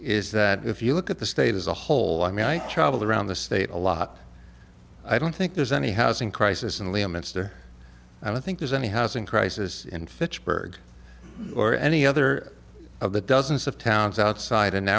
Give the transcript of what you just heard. is that if you look at the state as a whole i mean i travel around the state a lot i don't think there's any housing crisis in leominster i don't think there's any housing crisis in fitchburg or any other of the dozens of towns outside an